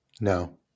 No